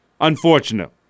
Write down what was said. Unfortunate